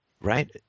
Right